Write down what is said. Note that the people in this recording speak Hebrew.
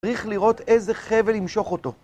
צריך לראות איזה חבל ימשוך אותו.